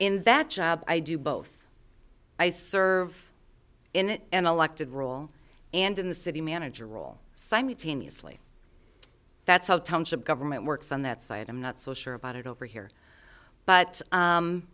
in that job i do both i serve in an elected role and in the city manager role simultaneously that's how government works on that side i'm not so sure about it over here but